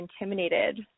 intimidated